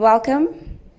Welcome